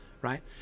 right